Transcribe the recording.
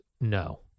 no